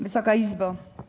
Wysoka Izbo!